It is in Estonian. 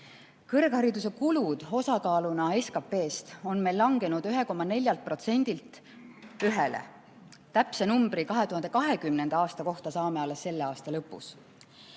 Kõrghariduse kulud osakaaluna SKP-s on meil langenud 1,4%-lt 1%-le. Täpse numbri 2020. aasta kohta saame alles selle aasta lõpus.